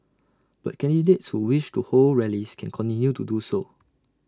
but candidates who wish to hold rallies can continue to do so